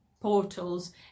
portals